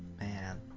Man